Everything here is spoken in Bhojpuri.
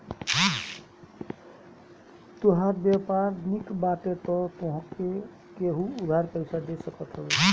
तोहार व्यवहार निक बाटे तअ तोहके केहु उधार पईसा दे सकत हवे